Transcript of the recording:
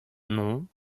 non